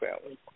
family